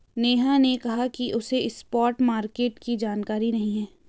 नेहा ने कहा कि उसे स्पॉट मार्केट की जानकारी नहीं है